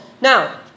now